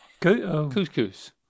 Couscous